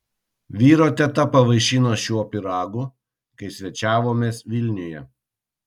vyro teta pavaišino šiuo pyragu kai svečiavomės vilniuje